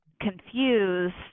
confused